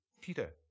Peter